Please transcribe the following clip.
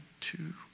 two